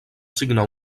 signar